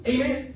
Amen